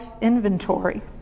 inventory